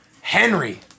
Henry